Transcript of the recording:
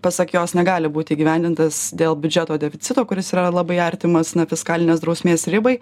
pasak jos negali būti įgyvendintas dėl biudžeto deficito kuris yra labai artimas fiskalinės drausmės ribai